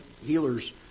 healers